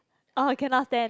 orh cannot ten